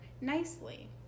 nicely